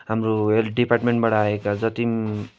हाम्रो हेल्थ डिपार्टमेन्टबाट आएका जति पनि